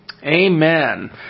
Amen